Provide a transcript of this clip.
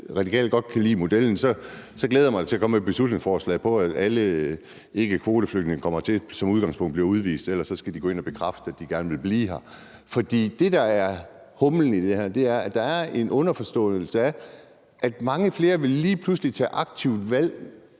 Radikale godt kan lide modellen, glæder jeg mig da til at komme med et beslutningsforslag om, at alle ikkekvoteflygtninge, der kommer hertil, som udgangspunkt bliver udvist, og ellers skal de gå ind at bekræfte, at de gerne vil blive her. For det, der er humlen i det her, er, at der er en underliggende forståelse af, at mange flere lige pludselig ville tage et aktivt valg,